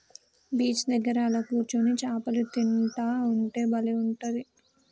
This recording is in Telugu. బీచ్ దగ్గర అలా కూర్చొని చాపలు తింటా ఉంటే బలే ఉంటది